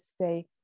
say